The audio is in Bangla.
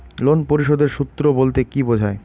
লোন পরিশোধের সূএ বলতে কি বোঝায়?